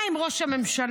מה עם ראש הממשלה?